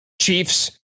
Chiefs